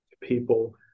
people